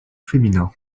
féminin